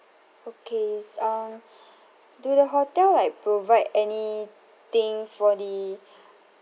okays um do the hotel like provide any things for the